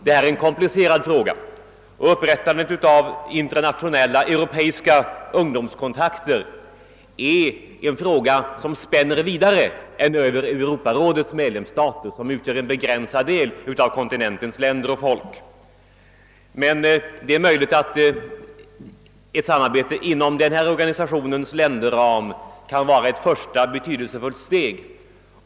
Detta är en komplicerad fråga. Upprättandet av internationella ungdomskontakter är en sak som spänner vidare än över Europarådets medlemsstater, vilka utgör en begränsad del av kontinentens länder och folk. Men det är möjligt att ett samarbete inom rådets länderram kan vara ett första betydelsefullt steg.